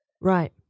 Right